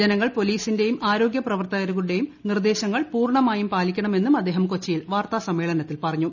ജനങ്ങൾ പോലീസിന്റെയും ആരോഗ്യ പ്രവർത്തകരുടേയും നിർദ്ദേശങ്ങൾ പൂർണ്ണമായും പാലിക്കണമെന്നും അദ്ദേഹം കൊച്ചിയിൽ വാർത്താ സമ്മേളനത്തിൽ പറഞ്ഞു